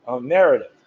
narrative